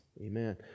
amen